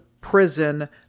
prison